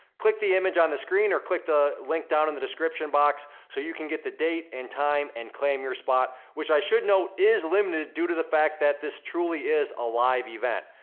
click the image on the screen, or click the link down in the description box, so you can get the date and time, and claim your spot, which i should note is limited, due to the fact that this truly is a live event.